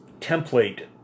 template